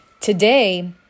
Today